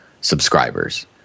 subscribers